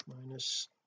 minus